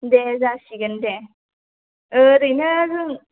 दे जासिगोन दे ओरैनो जों